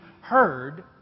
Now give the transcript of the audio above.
heard